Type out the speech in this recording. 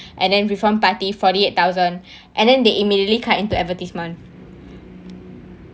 and then reform party forty eight thousand and then they immediately cut into advertisement